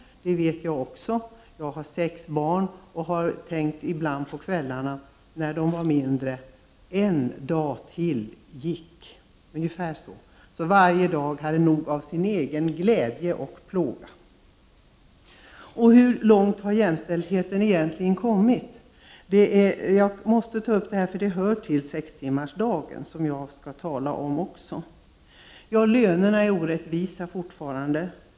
Jag har sex barn och har ibland på kvällarna, när barnen var mindre, tänkt: En dag till har gått. — Varje dag har haft nog av sin egen glädje och plåga. Hur långt har jämställdheten egentligen kommit? Jag måste ta upp detta, eftersom det hänger samman med sextimmarsdagen, som jag också skall tala om. Lönerna är fortfarande orättvisa.